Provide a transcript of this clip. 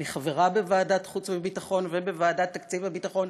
אני חברה בוועדת חוץ וביטחון ובוועדת תקציב הביטחון.